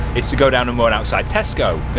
is to go down and run outside tesco. yeah.